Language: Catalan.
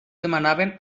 demanaven